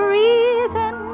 reason